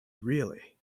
really